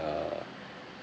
uh